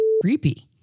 creepy